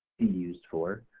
be used for